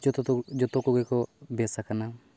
ᱡᱚᱛᱚ ᱫᱚ ᱡᱚᱛᱚ ᱠᱚᱜᱮ ᱠᱚ ᱵᱮᱥᱟᱠᱟᱱᱟ